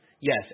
yes